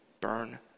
burn